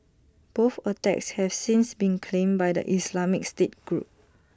both attacks have since been claimed by the Islamic state group